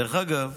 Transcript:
דרך אגב,